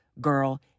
girl